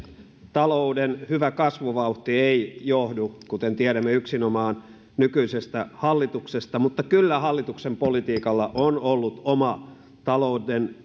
talouden hyvä kasvuvauhti ei johdu kuten tiedämme yksinomaan nykyisestä hallituksesta mutta kyllä hallituksen politiikalla on ollut oma talouden